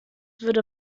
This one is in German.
würde